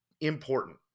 important